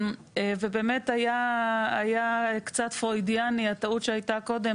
ובאמת היה קצת פרוידיאני הטעות שהייתה קודם,